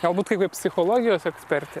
galbūt kaip psichologijos ekspertė